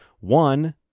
One